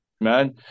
Man